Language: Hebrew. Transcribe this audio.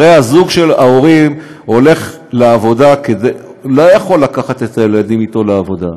הרי זוג ההורים הולך לעבודה כדי הוא לא יכול לקחת את הילדים אתו לעבודה.